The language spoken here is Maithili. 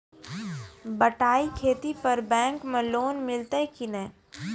बटाई खेती पर बैंक मे लोन मिलतै कि नैय?